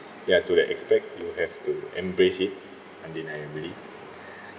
ya to the expect you have to embrace it undeniably